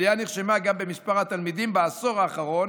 עלייה נרשמה גם במספר התלמידים בעשור האחרון: